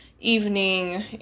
evening